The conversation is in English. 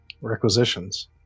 Requisitions